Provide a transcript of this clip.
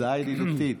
הצעה ידידותית.